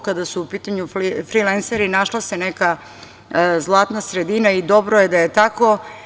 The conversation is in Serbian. Kada su u pitanju frilenseri našla se neka zlatna sredina i dobro je da je tako.